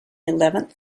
eleventh